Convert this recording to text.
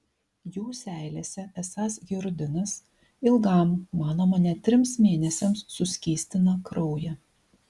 jų seilėse esąs hirudinas ilgam manoma net trims mėnesiams suskystina kraują